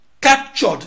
captured